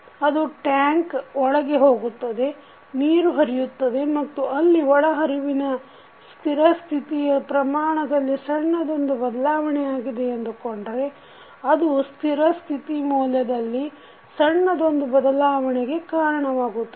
ಅದು ಟ್ಯಾಂಕ್ ಒಳಗೆ ಹೋಗುತ್ತದೆ ನೀರು ಹರಿಯುತ್ತದೆ ಮತ್ತು ಅಲ್ಲಿ ಒಳಹರಿವಿನ ಸ್ಥಿರ ಸ್ಥಿಯಿಯ ಪ್ರಮಾಣದಲ್ಲಿ ಸಣ್ಣದೊಂದು ಬದಲಾವಣೆ ಆಗಿದೆ ಎಂದುಕೊಂಡರೆ ಅದು ಸ್ಥಿರ ಸ್ಥಿತಿ ಮೌಲ್ಯದಲ್ಲಿ ಸಣ್ಣದೊಂದು ಬದಲಾವಣೆಗೆ ಕಾರಣವಾಗುತ್ತದೆ